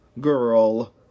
girl